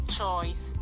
choice